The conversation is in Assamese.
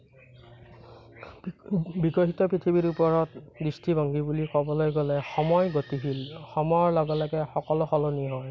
বিক বিকশিত পৃথিৱীৰ ওপৰত দৃষ্টিভংগী বুলি ক'বলৈ গ'লে সময় গতিশীল সময়ৰ লগে লগে সকলো সলনি হয়